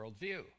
worldview